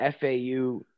FAU